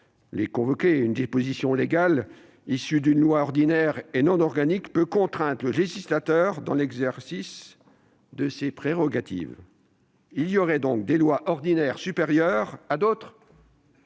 mais comment une disposition légale issue d'une loi ordinaire, et non organique, peut-elle contraindre le législateur dans l'exercice de ses prérogatives ? Il y aurait donc des lois ordinaires supérieures à d'autres ?